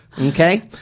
Okay